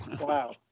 Wow